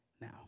Now